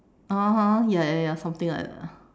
(uh huh) ya ya ya something like that